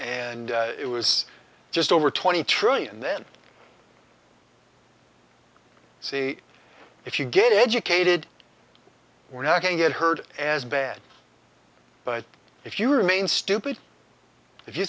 and it was just over twenty trillion then see if you get educated we're not going to get hurt as bad but if you remain stupid if you